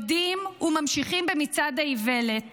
יודעים וממשיכים במצעד האיוולת